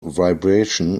vibration